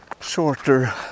shorter